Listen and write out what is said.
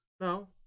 No